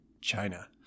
China